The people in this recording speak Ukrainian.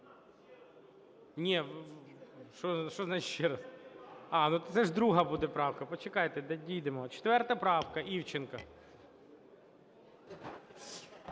Ні, що значить ще раз? А це ж друга буде правка, почекайте, дійдемо. 4 правка – Івченко.